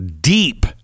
deep